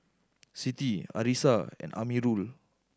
Siti Arissa and Amirul